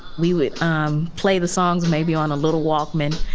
we would um play the songs maybe on a little walkman,